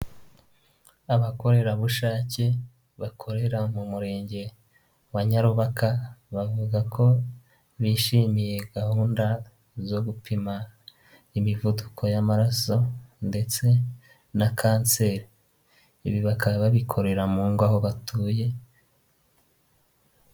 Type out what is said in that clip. Abakorerabushake bakorera mu murenge wa Nyarubaka, bavuga ko bishimiye gahunda zo gupima imivuduko y'amaraso ndetse na kanseri. Ibi bakaba babikorera mu ngo aho batuye.